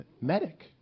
Medic